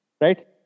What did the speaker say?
Right